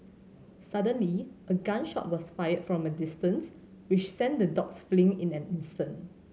suddenly a gun shot was fired from a distance which sent the dogs fleeing in an instant